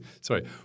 sorry